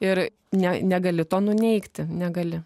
ir ne negali to nuneigti negali